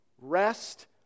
Rest